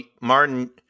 Martin